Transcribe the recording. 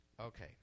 Okay